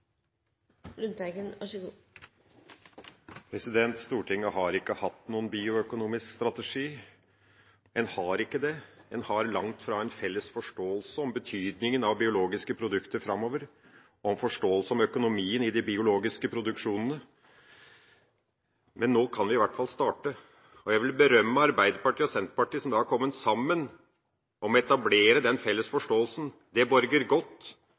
Lundteigen har hatt ordet to ganger tidligere og får ordet til en kort merknad, begrenset til 1 minutt. Stortinget har ikke hatt noen bioøkonomisk strategi. En har ikke det. En har langt fra en felles forståelse av betydningen av biologiske produkter framover eller av økonomien i de biologiske produksjonene. Men nå kan vi i hvert fall starte, og jeg vil berømme Arbeiderpartiet og Senterpartiet som har kommet sammen om å etablere den felles forståelsen.